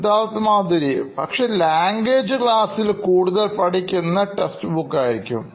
Siddharth Maturi CEO Knoin Electronics പക്ഷേ language ക്ലാസ്സിൽ കൂടുതൽ പഠിക്കുന്നത് ടെക്സ്റ്റ് ബുക്ക് ആയിരിക്കും